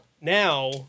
now